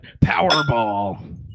Powerball